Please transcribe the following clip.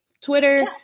Twitter